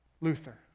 Luther